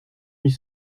huit